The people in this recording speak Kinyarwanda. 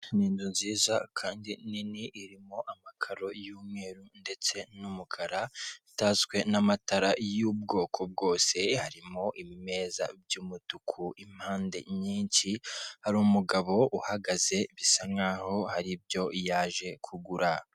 Ni inzu nziza kandi nini irimo amakaro y'umweru ndetse n'umukara itatswie n'amatara y'ubwoko bwose harimo ibimeza by'umutuku impande nyinshi hari umugabo uhagaze bisa nk'aho hari ibyo yaje kugura.